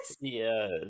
Yes